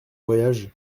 voyage